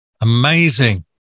amazing